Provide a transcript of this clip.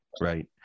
right